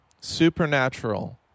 supernatural